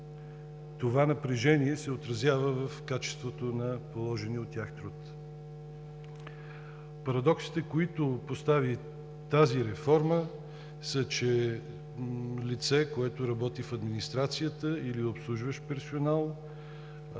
Това напрежение се отразява в качеството на положения от тях труд. Парадоксите, които постави тази реформа, са, че лице, което работи в администрацията или е обслужващ персонал,